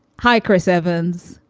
hi, chris evans,